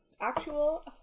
actual